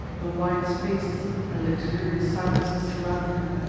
the wide spaces and luxurious silences surrounding her.